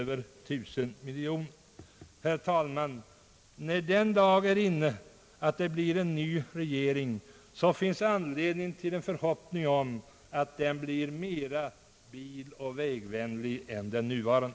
Herr talman! När den dag är inne, då vi får en ny regering, finns anledning till en förhoppning om att den blir mera biloch vägvänlig än den nuvarande.